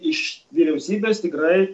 iš vyriausybės tikrai